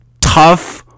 tough